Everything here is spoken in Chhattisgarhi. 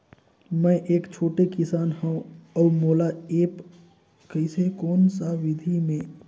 मै एक छोटे किसान हव अउ मोला एप्प कइसे कोन सा विधी मे?